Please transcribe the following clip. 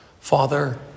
Father